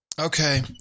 okay